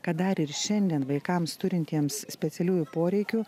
kad dar ir šiandien vaikams turintiems specialiųjų poreikių